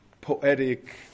poetic